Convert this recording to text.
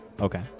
Okay